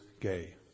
gay